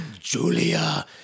Julia